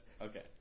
okay